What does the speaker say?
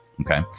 Okay